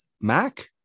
mac